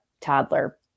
toddler